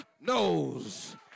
knows